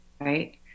Right